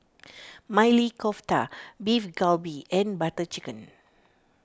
Maili Kofta Beef Galbi and Butter Chicken